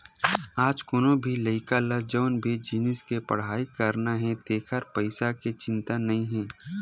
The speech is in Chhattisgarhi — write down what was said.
आज कोनो भी लइका ल जउन भी जिनिस के पड़हई करना हे तेखर पइसा के चिंता नइ हे